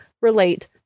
relate